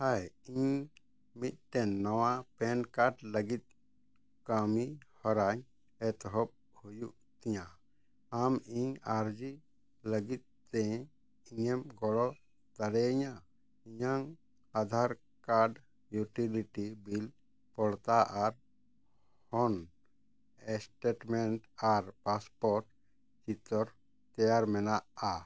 ᱦᱳᱭ ᱤᱧ ᱢᱤᱫᱴᱮᱱ ᱱᱟᱣᱟ ᱯᱮᱱ ᱠᱟᱨᱰ ᱞᱟᱹᱜᱤᱫ ᱠᱟᱹᱢᱤ ᱦᱚᱨᱟᱧ ᱮᱛᱚᱦᱚᱵ ᱦᱩᱭᱩᱜ ᱛᱤᱧᱟ ᱟᱢ ᱤᱧ ᱟᱨᱡᱤ ᱞᱟᱹᱜᱤᱫ ᱛᱮ ᱤᱧᱮᱢ ᱜᱚᱲᱚ ᱫᱟᱲᱮᱭᱤᱧᱟ ᱤᱧᱟᱜ ᱟᱫᱷᱟᱨ ᱠᱟᱨᱰ ᱤᱭᱩᱴᱤᱞᱤᱴᱤ ᱵᱤᱞ ᱯᱚᱲᱛᱟ ᱟᱨ ᱦᱚᱱ ᱥᱴᱮᱴᱢᱮᱱᱴ ᱟᱨ ᱯᱟᱥᱯᱳᱨᱴ ᱪᱤᱛᱟᱹᱨ ᱛᱮᱭᱟᱨ ᱢᱮᱱᱟᱜᱼᱟ